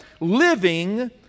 living